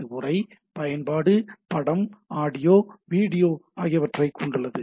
இது உரை பயன்பாடு படம் ஆடியோ வீடியோ ஆகியவற்றைக் கொண்டுள்ளது